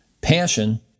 Passion